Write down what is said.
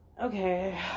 Okay